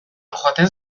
joaten